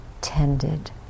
tended